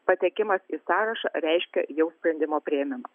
patekimas į sąrašą reiškia jau sprendimo priėmimą